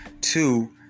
Two